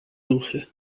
duchy